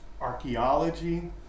archaeology